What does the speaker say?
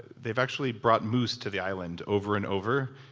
they've actually brought moose to the island over and over,